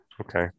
okay